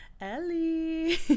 Ellie